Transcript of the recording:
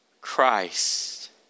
Christ